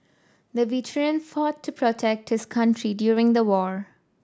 the veteran fought to protect his country during the war